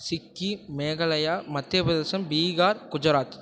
Sikkim Meghalaya Madhya Pradesh Bihar Gujarat